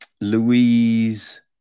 Louise